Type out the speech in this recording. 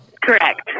Correct